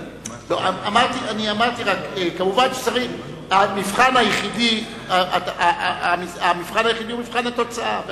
כמובן, המבחן היחידי הוא מבחן התוצאה.